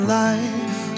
life